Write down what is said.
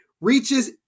reaches